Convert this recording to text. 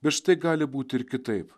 bet štai gali būti ir kitaip